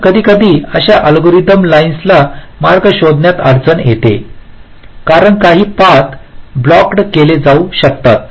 तर कधीकधी अशा अल्गोरिदम लाइनला मार्ग शोधण्यात अडचण येते कारण काही पाथ ब्लोकेड केले जाऊ शकतात